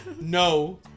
No